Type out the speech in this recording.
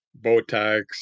Botox